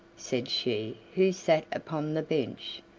said she who sat upon the bench.